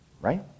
Right